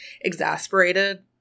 exasperated